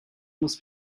muss